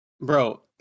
Bro